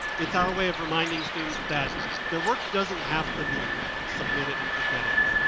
it's our way of remind students that their work doesn't have to be submit it and forget it.